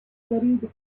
scurried